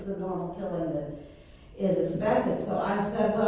normal killing that is expected. so i said,